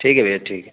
ठीक है भैया ठीक है